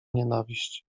nienawiść